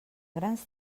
grans